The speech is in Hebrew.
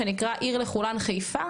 שנקרא "עיר לכולן חיפה"